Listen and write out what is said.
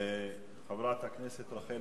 חברת הכנסת רחל